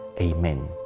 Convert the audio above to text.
Amen